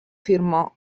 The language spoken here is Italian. firmò